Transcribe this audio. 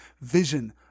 vision